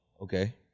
Okay